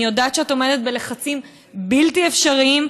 אני יודעת שאת עומדת בלחצים בלתי אפשריים,